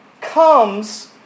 comes